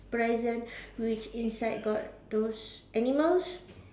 present which inside got those animals